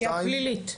פשיעה פלילית.